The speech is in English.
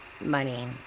money